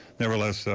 nevertheless,